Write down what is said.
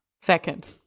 Second